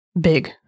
big